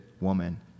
woman